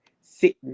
sitting